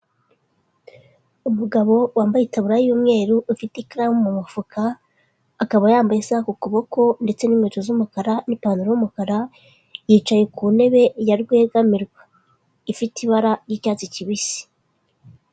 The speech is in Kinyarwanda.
Umugabo wambaye itaburiya y'umweru ufite ikaramu mu mufuka, akaba yambaye isaha ku kuboko ndetse n'inkweto z'umukara, n'ipantaro y'umukara yicaye ku ntebe ya rwegamirwa, ifite ibara ry'icyatsi kibisi.